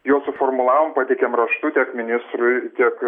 jau suformulavom pateikėm raštu tiek ministrui tiek